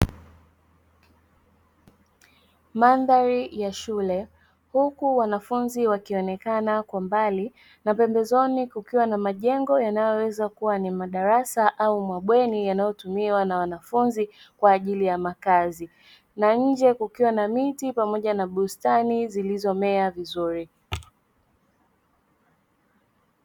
Mandhari ya shule huku wanafunzi wakionekana kwa mbali, na pembezoni kukiwa na majengo yanayoweza kuwa ni madarasa au mabweni yanyayotumiwa na wanafunzi kwa ajili ya makazi. Na nje kukiwa na miti pamoja na bustani zilizomea vizuri.